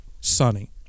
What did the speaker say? Sunny